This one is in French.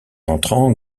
entrant